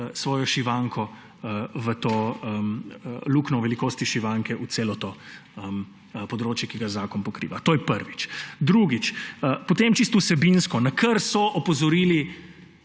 svojo šivanko v tej luknji v velikosti šivanke v celem tem področju, ki ga zakon pokriva. To je prvič. Drugič, potem čisto vsebinsko, na kar so opozorile